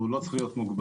הוא לא צריך להיות מוגבל.